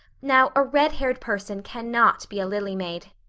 now, a red-haired person cannot be a lily maid.